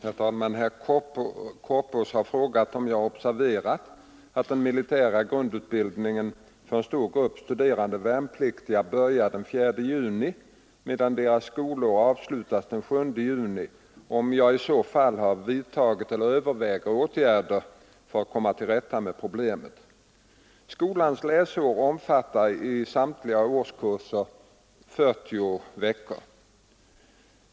Herr talman! Herr Korpås har frågat, om jag har observerat att den militära grundutbildningen för en stor grupp studerande värnpliktiga börjar den 4 juni, medan deras skolår avslutas den 7 juni och om jag i så fall har vidtagit eller övervägt åtgärder för att komma till rätta med problemet. Skolans läsår omfattar i samtliga årskurser 40 veckor.